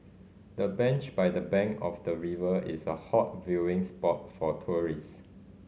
the bench by the bank of the river is a hot viewing spot for tourist